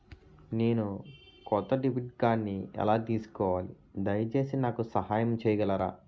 నేను కొత్త డెబిట్ కార్డ్ని ఎలా తీసుకోవాలి, దయచేసి నాకు సహాయం చేయగలరా?